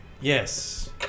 Yes